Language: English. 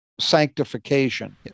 sanctification